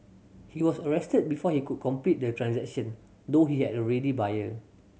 he was arrested before he could complete the transaction though he had a ready buyer